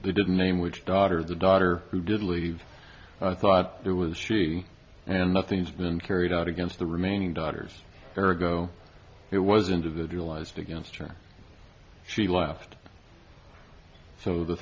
they didn't name which daughter the daughter who did leave i thought there was a shooting and nothing's been carried out against the remaining daughters ergo it was individualized against her she left so the